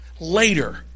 later